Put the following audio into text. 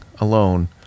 alone